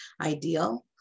ideal